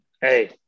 Hey